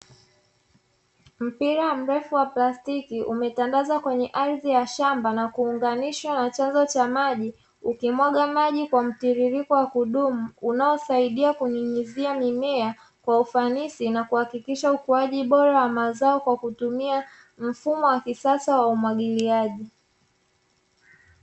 Mpira mrefu wa plastiki umetandazwa kwenye ardhi ya shamba na kuunganishwa na chanzo cha maji ukimwaga maji kwa mtiririko wa kudumu, unaosaidia kunyunyuzia mimea kwa ufanisi na kuhakikisha ukuaji bora wa mazao kwa kutumia mfumo wa kisasa wa umwagiliaji.